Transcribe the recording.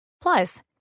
Plus